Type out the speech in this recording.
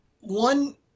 one